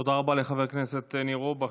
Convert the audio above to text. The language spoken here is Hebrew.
תודה רבה לחבר הכנסת ניר אורבך,